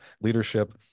leadership